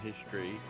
history